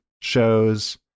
shows